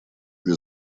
для